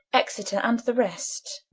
exeter, and the rest.